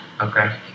okay